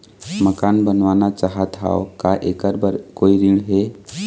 मकान बनवाना चाहत हाव, का ऐकर बर कोई ऋण हे?